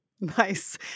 Nice